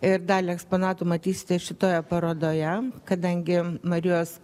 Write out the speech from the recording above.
ir dalį eksponatų matysite šitoje parodoje kadangi marijos